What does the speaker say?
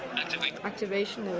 and like activation